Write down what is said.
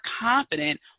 confident